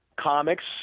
comics